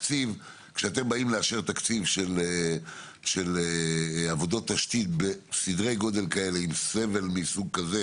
כשאתם באים לאשר תקציב של עבודות תשתית בסדרי גודל כאלה עם סבל מסוג כזה